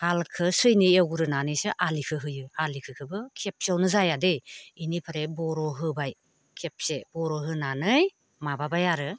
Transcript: हालखौ सैनै एवग्रोनानैसो आलिखौ होयो आलिखौबो खेबसेयावनो जायादै बेनिफ्राय बर' होबाय खेबसे बर' होनानै माबाबाय आरो